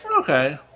Okay